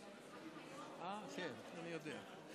כן, אני יודע.